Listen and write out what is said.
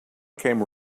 came